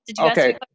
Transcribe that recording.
Okay